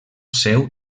seu